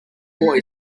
boy